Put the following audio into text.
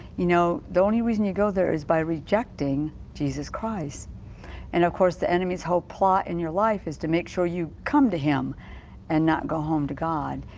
you know the only reason you go there is by rejecting jesus christ and of course the enemies whole plot in your life is to make sure that you come to him and not go home to god.